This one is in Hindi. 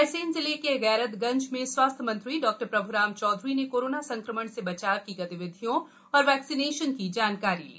रायसेन जिले के गैरतगंज में स्वास्थ्य मंत्री डॉ प्रभ्राम चौधरी ने कोरोना संक्रमण से बचाव की गतिविधियों और वैक्सीनेशन की जानकारी ली